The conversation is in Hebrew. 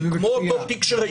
כמו אותו תיק שראינו